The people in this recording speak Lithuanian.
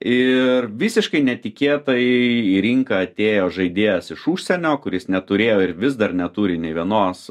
ir visiškai netikėtai į rinką atėjo žaidėjas iš užsienio kuris neturėjo ir vis dar neturi nei vienos